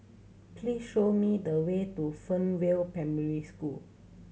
please show me the way to Fernvale Primary School